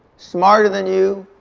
smarter than you,